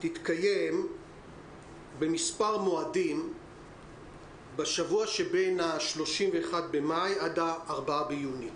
תתקיים בכמה מועדים בשבוע שבין ה-31 במאי עד ה-4 ביוני,